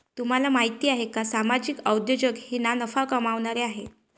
तुम्हाला माहिती आहे का सामाजिक उद्योजक हे ना नफा कमावणारे आहेत